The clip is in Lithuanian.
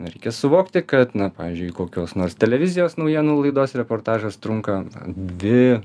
reikia suvokti kad na pavyzdžiui kokios nors televizijos naujienų laidos reportažas trunka dvi